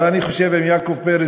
אבל אני חושב שלגבי יעקב פרי,